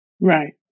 Right